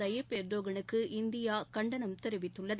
Tayyip எர்டோகனுக்கு India கண்டனம் தெரிவித்துள்ளது